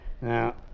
Now